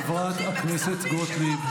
חברת הכנסת גוטליב.